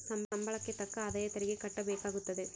ಸಂಬಳಕ್ಕೆ ತಕ್ಕ ಆದಾಯ ತೆರಿಗೆ ಕಟ್ಟಬೇಕಾಗುತ್ತದೆ